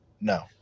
No